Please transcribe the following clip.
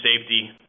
safety